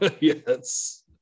yes